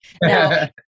Now